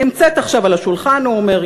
נמצאת עכשיו על השולחן" הוא אומר,